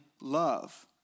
love